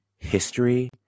History